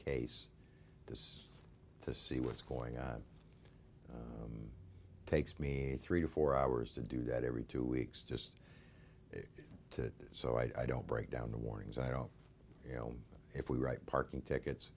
case is to see what's going on takes me three to four hours to do that every two weeks just to so i don't break down the warnings i don't you know if we write parking tickets